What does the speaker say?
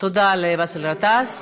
תודה לבאסל גטאס.